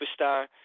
superstar